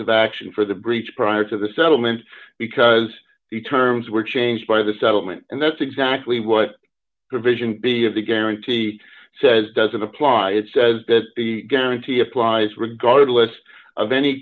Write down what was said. of action for the breach prior to the settlement because the terms were changed by the settlement and that's exactly what provision b of the guarantee says doesn't apply it says that the guarantee applies regardless of any